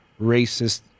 racist